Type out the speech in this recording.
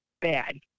bad